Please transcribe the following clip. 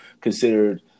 considered